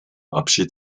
abschied